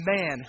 man